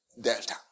Delta